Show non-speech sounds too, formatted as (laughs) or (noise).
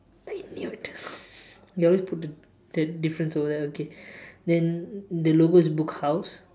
I knew it (laughs) they always put the the differences over there K then the logo is book house